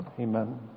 amen